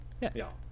yes